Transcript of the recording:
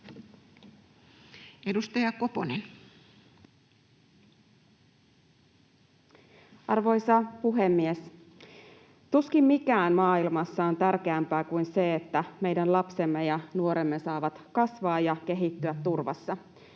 Edustaja Koponen. Arvoisa puhemies! Tuskin mikään maailmassa on tärkeämpää kuin se, että meidän lapsemme ja nuoremme saavat kasvaa ja kehittyä turvassa